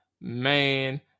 man